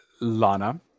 Lana